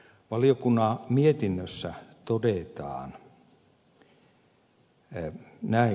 valiokunnan mietinnössä todetaan näin